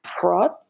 fraud